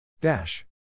Dash